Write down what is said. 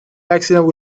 accidents